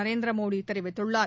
நரேந்திர மோடி தெரிவித்துள்ளார்